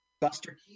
Buster